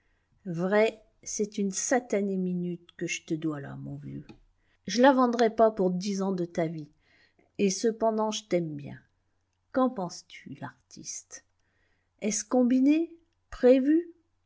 vrai c'est une satanée minute que j'te dois là mon vieux j'la vendrais pas pour dix ans de ta vie et cependant j'taime bien qu'en penses-tu l'artiste est-ce combiné prévu